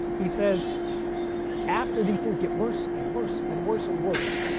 he says after these things get worse and worse and worse and worse.